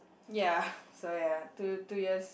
ya so ya two two years